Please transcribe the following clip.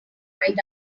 right